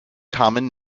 common